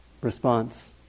Response